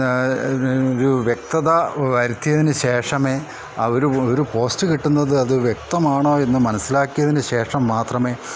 എന്നാ ഒരു വ്യക്തത വരുത്തിയതിന് ശേഷമേ ആ ഒരു ഒരു പോസ്റ്റ് കിട്ടുന്നത് അത് വ്യക്തമാണോ എന്ന് മനസ്സിലാക്കിയതിന് ശേഷം മാത്രമേ